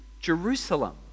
Jerusalem